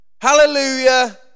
hallelujah